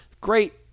great